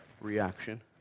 reaction